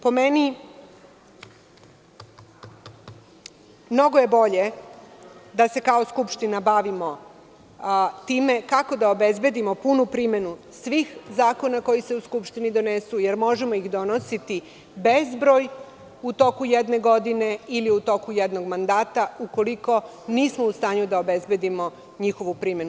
Po meni, mnogo je bolje da se kao Skupština bavimo time kako da obezbedimo punu primenu svih zakona koji se u Skupštini donesu, jer možemo ih donositi bezbroj u toku jedne godine ili u toku jednog mandata ukoliko nismo u stanju da obezbedimo njihovu primenu.